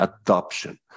adoption